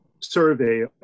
survey